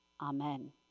Amen